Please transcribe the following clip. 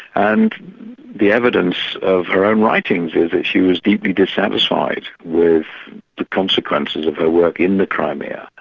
and the evidence of her own writings is that she was deeply dissatisfied with the consequences of her work in the crimea,